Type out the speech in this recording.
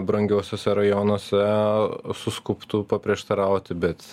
brangiuosiuose rajonuose suskubtų paprieštarauti bet